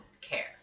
care